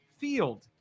Field